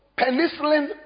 penicillin